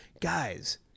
guys